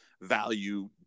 value